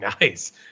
nice